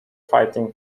fighting